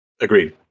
Agreed